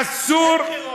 אסור, אין בחירות מחר.